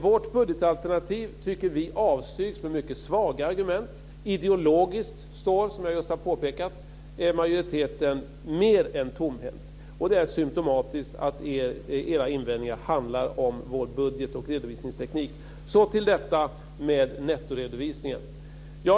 Vårt budgetalternativ tycker vi avstyrks med mycket svaga argument. Ideologiskt står majoriteten, som jag nyss har påpekat, mer än tomhänt. Det är symtomatiskt att era invändningar handlar om vår budget och redovisningsteknik. Så till detta med nettoredovisning.